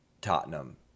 Tottenham